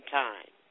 time